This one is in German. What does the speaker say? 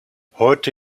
heute